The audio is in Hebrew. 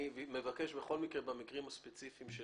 אני מבקש בכל מקרה במקרים הספציפיים של